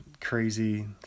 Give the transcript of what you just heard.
crazy